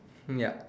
ya